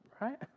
Right